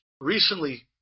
recently